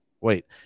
wait